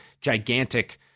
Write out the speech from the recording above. gigantic